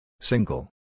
Single